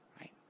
right